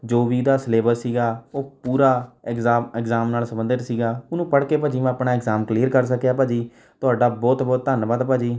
ਜੋ ਵੀ ਉਹਦਾ ਸਿਲੇਬਸ ਸੀਗਾ ਉਹ ਪੂਰਾ ਐਗਜਾ ਐਗਜਾਮ ਨਾਲ ਸੰਬੰਧਿਤ ਸੀਗਾ ਓਹਨੂੰ ਪੜ੍ਹਕੇ ਭਾਅ ਜੀ ਮੈਂ ਆਪਣਾ ਐਗਜਾਮ ਕਲੀਅਰ ਕਰ ਸਕਿਆ ਭਾਅ ਜੀ ਤੁਹਾਡਾ ਬਹੁਤ ਬਹੁਤ ਧੰਨਵਾਦ ਭਾਅ ਜੀ